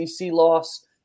loss